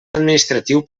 administratiu